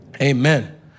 amen